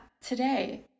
today